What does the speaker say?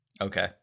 Okay